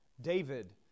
David